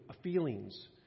feelings